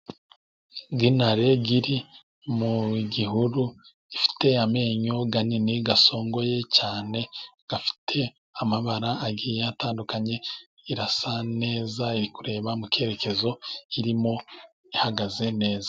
Intare iri mu gihuru ifite amenyo manini asongoye cyane afite amabara agiye atandukanye irasa neza iri kureba mu cyerekezo irimo ihagaze neza.